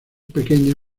pequeña